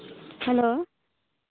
hello